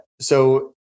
So-